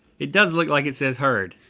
it does look like it says herd.